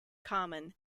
common